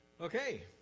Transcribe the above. Okay